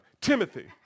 Timothy